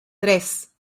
tres